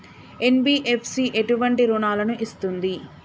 NBFC ఎటువంటి రుణాలను ఇస్తుంది?